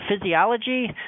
physiology